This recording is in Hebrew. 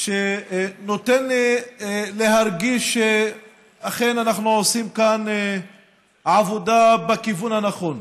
שנותן לי להרגיש שאכן אנחנו עושים כאן עבודה בכיוון הנכון.